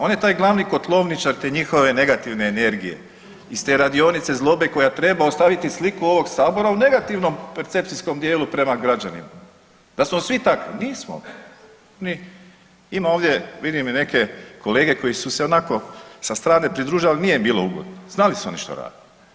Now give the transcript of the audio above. On je taj glavni kotlovničar te njihove negativne energije iz te radionice zlobe koja treba ostaviti sliku ovog sabora u negativnom percepcijskom dijelu prema građanima da smo svi takvi, nismo …/nerazumljivo/… ima ovdje vidim i neke kolege koji su onako sa strane pridružili, ali nije im bilo ugodno, znali su oni što rade.